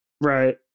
right